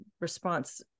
response